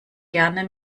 gerne